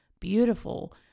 beautiful